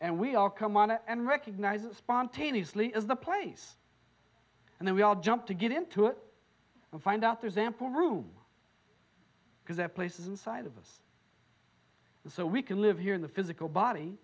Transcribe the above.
and we all come on to and recognize spontaneously is the place and then we all jump to get into it and find out there's ample room because that place is inside of us so we can live here in the physical body